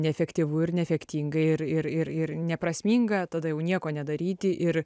neefektyvu ir neefektinga ir ir ir neprasminga tada jau nieko nedaryti ir